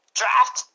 draft